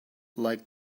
like